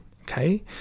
Okay